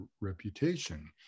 reputation